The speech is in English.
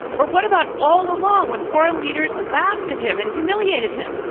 or what about all along when foreign leaders laughed at him and humiliated him?